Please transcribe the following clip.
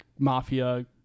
mafia